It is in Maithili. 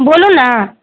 बोलू न